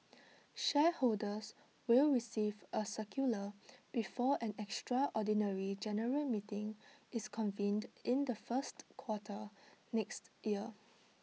shareholders will receive A circular before an extraordinary general meeting is convened in the first quarter next year